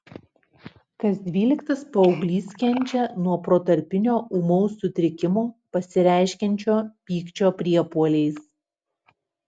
kas dvyliktas paauglys kenčia nuo protarpinio ūmaus sutrikimo pasireiškiančio pykčio priepuoliais